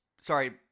sorry